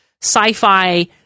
sci-fi